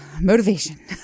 Motivation